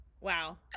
wow